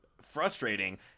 frustrating